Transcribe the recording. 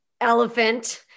elephant